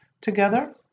together